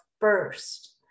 first